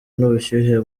n’ubushyuhe